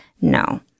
No